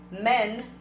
men